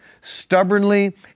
stubbornly